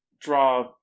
draw